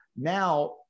now